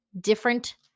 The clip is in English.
different